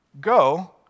go